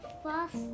fast